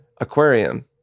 Aquarium